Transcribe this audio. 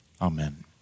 Amen